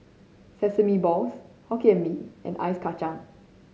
Sesame Balls Hokkien Mee and Ice Kachang